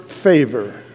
favor